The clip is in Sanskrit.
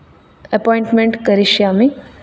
अपोन्ट्मेंट् करिष्यामि